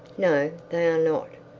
no, they are not.